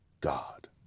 God